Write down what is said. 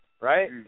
Right